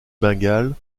bengale